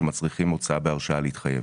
שמצריכים הוצאה בהרשאה להתחייב.